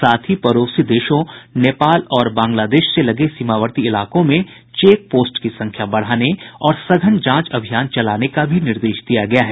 साथ ही पड़ोसी देशों नेपाल और बांग्लादेश से लगे सीमावर्ती इलाकों में चेक पोस्ट की संख्या बढ़ाने और सघन जांच अभियान चलाने का भी निर्देश दिया गया है